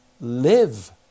live